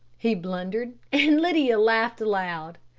he blundered, and lydia laughed aloud.